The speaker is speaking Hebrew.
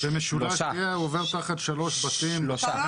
שלושה בתים.